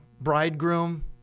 bridegroom